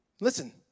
Listen